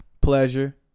pleasure